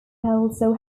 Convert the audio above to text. also